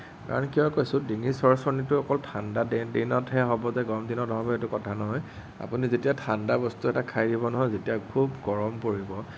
কাৰণ কিয় কৈছোঁ ডিঙিৰ চৰচৰনিটো অকল ঠাণ্ডা দিনত হে হ'ব যে গৰম দিনত নহ'ব সেইটো কথা নহয় আপুনি যেতিয়া ঠাণ্ডা বস্তু এটা খাই দিব নহয় যেতিয়া খুব গৰম পৰিব